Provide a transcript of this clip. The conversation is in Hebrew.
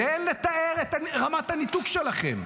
אין לתאר את רמת הניתוק שלכם.